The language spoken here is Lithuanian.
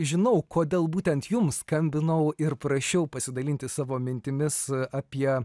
žinau kodėl būtent jums skambinau ir prašiau pasidalinti savo mintimis apie